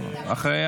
בבקשה.